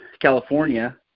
California